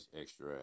extra